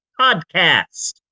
podcast